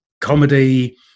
comedy